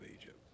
Egypt